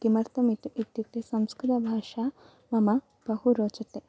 किमर्थम् इति इत्युक्ते संस्कृतभाषा मह्यं बहु रोचते